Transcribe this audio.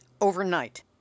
overnight